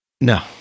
No